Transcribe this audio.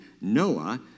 Noah